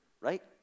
right